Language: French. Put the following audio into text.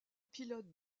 pilotes